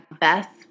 Beth